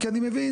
כי אני מבין,